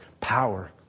power